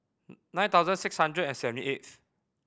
nine thousand six hundred and seventy eighth